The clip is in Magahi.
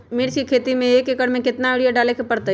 मिर्च के खेती में एक एकर में कितना यूरिया डाले के परतई?